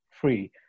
free